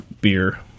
beer